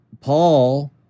Paul